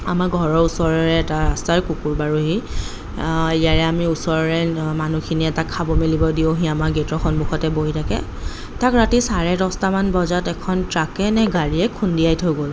আমাৰ ঘৰৰ ওচৰৰে এটা ৰাস্তাৰ কুকুৰ বাৰু সি ইয়াৰে আমি ওচৰে মানুহখিনিয়ে তাক খাব মেলিব দিওঁ সি আমাক গেটৰ সন্মুখতে বহি থাকে তাক ৰাতি চাৰে দহটামান বজাত এখন ট্ৰাকেনে গাড়ীয়ে খুন্দিয়াই থৈ গ'ল